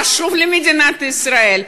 חשוב למדינת ישראל.